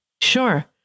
Sure